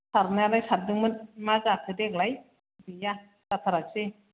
सारनायालाय सारदोंमोन मा जाखो देग्लाय गैया जाथारासै